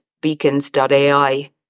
beacons.ai